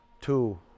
two